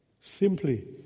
simply